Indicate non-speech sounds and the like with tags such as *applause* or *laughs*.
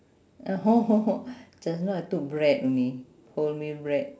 *laughs* just now I took bread only wholemeal bread